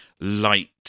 light